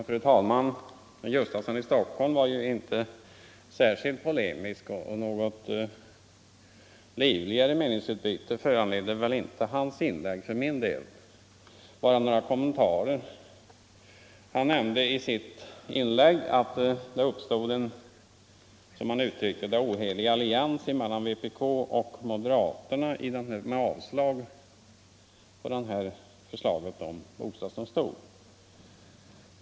Fru talman! Herr Gustafsson i Stockholm var inte särskilt polemisk och något livligare meningsutbyte föranleder inte hans inlägg för min del — bara några kommentarer. Herr Gustafsson nämnde i sitt inlägg att det uppstått en, som han uttryckte det, ohelig allians mellan vpk och moderaterna i yrkandet om avslag på förslaget om bostadsdomstol.